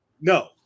No